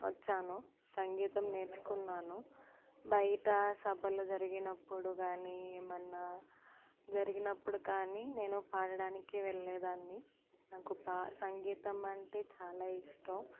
వచ్చాను సంగీతం నేర్చుకున్నాను బయట సభలు జరిగినప్పుడు కానీ ఏమన్నా జరిగినప్పుడు కానీ నేను పాడడానికి వెళ్ళేదాన్ని నాకు పా సంగీతం అంటే చాలా ఇష్టం